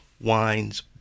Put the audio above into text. wines